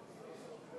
30